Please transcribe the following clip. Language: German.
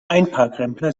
einparkrempler